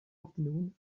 afternoon